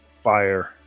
Fire